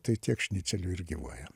tai tiek šnicelių ir gyvuoja